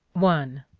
one.